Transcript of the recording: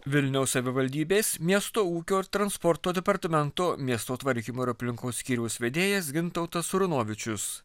vilniaus savivaldybės miesto ūkio ir transporto departamento miesto tvarkymo ir aplinkos skyriaus vedėjas gintautas runovičius